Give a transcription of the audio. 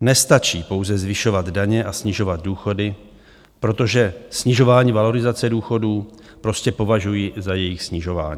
Nestačí pouze zvyšovat daně a snižovat důchody, protože snižování valorizace důchodů prostě považuji za jejich snižování.